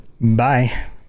Bye